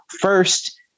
first